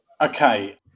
Okay